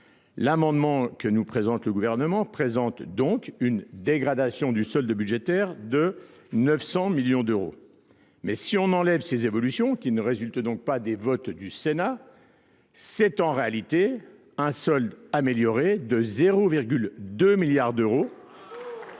L'amendement que nous présente le gouvernement présente donc une dégradation du solde budgétaire de 900 millions d'euros. Mais si on enlève ces évolutions, qui ne résultent donc pas des votes du Sénat, c'est en réalité un solde amélioré de 0,2 milliards d'euros,